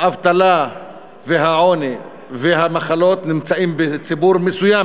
האבטלה והעוני והמחלות נמצאים בציבור מסוים,